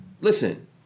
listen